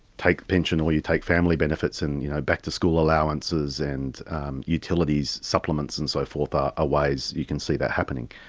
take the pension or you take family benefits and you know back-to-school allowances and utilities supplements and so forth are ah ways you can see that happening.